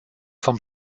vom